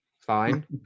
fine